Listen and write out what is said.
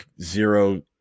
zero